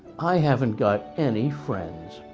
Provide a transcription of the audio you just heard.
i haven't got any friends.